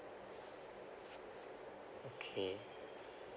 okay